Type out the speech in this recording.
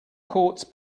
courts